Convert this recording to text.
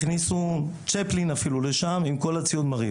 הכניסו אפילו צפלין לשם עם כל הציוד ---.